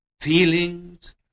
feelings